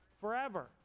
Forever